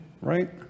right